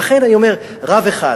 לכן אני אומר: רב אחד